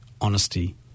honesty